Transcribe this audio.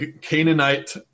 Canaanite